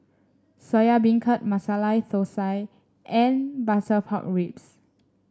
Soya Beancurd Masala Thosai and Butter Pork Ribs